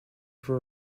for